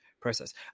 process